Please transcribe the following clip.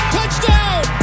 Touchdown